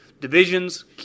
divisions